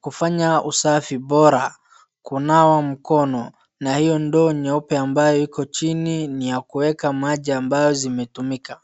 kufanya usafi bora, kunawa mkono na hio ndoo nyeupe ambayo iko chini ni ya kueka maji ambayo zimetumika.